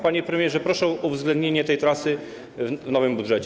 Panie premierze, proszę o uwzględnienie tej trasy w nowym budżecie.